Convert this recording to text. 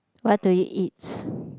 what do you eats